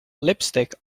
lipstick